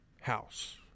house